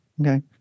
okay